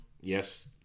yes